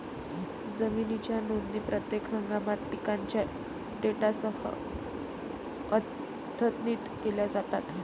जमिनीच्या नोंदी प्रत्येक हंगामात पिकांच्या डेटासह अद्यतनित केल्या जातात